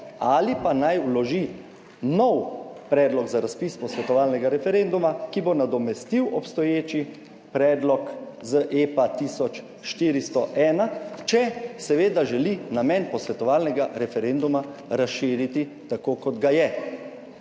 ali pa naj vloži nov predlog za razpis posvetovalnega referenduma, ki bo nadomestil obstoječi predlog z EPA 1401, če seveda želi namen posvetovalnega referenduma razširiti, tako kot ga je.